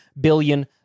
billion